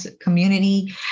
community